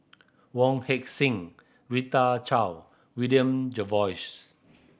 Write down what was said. Wong Heck Sing Rita Chao William Jervois